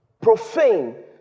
profane